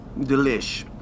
Delish